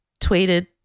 tweeted